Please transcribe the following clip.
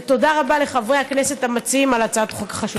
ותודה רבה לחברי הכנסת המציעים על הצעת חוק חשובה.